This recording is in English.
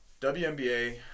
WNBA